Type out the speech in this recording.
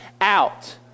out